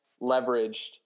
leveraged